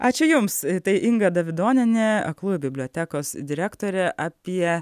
ačiū jums tai inga davidonienė aklųjų bibliotekos direktorė apie